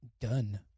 done